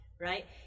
right